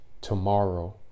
tomorrow